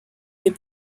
des